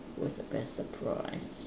what is the best surprise